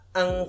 ang